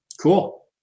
Cool